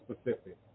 specific